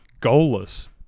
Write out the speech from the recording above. goalless